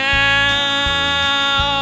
now